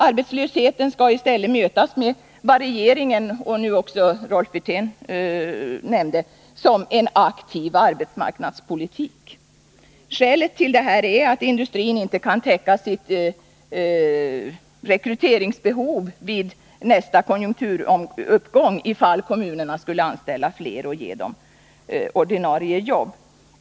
Arbetslösheten skall i stället mötas med vad regeringen kallar — Rolf Wirtén nämde det nu också — aktiv arbetsmarknadspolitik. Skälet till det här är att industrin inte kan täcka sitt rekryteringsbehov vid nästa konjunkturuppgång om kommunerna nu skulle anställa flera och ge dem ordinarie jobb.